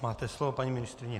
Máte slovo, paní ministryně.